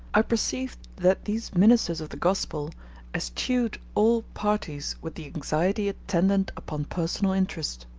i perceived that these ministers of the gospel eschewed all parties with the anxiety attendant upon personal interest.